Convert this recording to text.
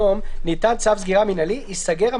אני אסביר.